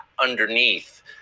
underneath